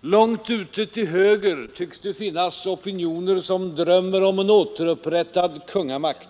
Långt ute till höger tycks det finnas opinioner som drömmer om en återupprättad kungamakt